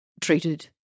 treated